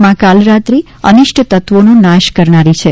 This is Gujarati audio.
મા કાલરાત્રિ અનિષ્ટ તત્વોનો નાશ કરનારી છે